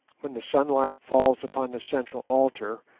when the sunlight falls upon the central altar,